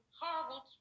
horrible